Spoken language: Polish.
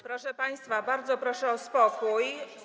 Proszę państwa, bardzo proszę o spokój.